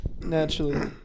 Naturally